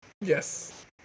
Yes